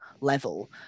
level